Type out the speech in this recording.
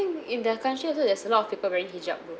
in their country also there's a lot of people wearing hijab